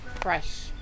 fresh